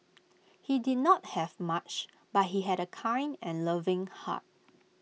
he did not have much but he had A kind and loving heart